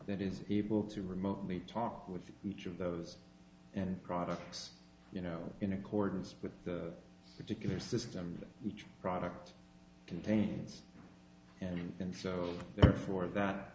that is able to remotely talk with each of those and products you know in accordance with the particular system each product contains and so therefore that